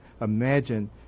imagine